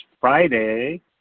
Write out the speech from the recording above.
Friday